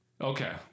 okay